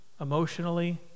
emotionally